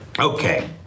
Okay